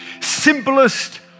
simplest